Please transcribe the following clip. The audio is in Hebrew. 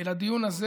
ובין הדיון הזה